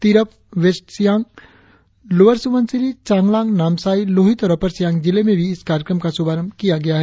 Tirap west Siang lower Subansiri Changlang Namsai Lohit और upper Siang जिले में भी इस कार्यक्रम का शुभारंभ किया गया है